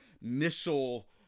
missile